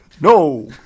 No